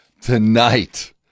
tonight